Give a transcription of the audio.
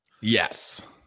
Yes